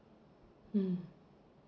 mm